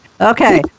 Okay